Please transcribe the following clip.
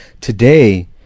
Today